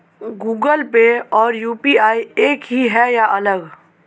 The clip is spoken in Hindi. गूगल पे और यू.पी.आई एक ही है या अलग?